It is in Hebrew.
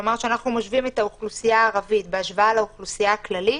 כלומר כשאנחנו משווים את האוכלוסייה הערבית לאוכלוסייה הכללית,